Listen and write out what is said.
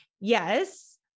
Yes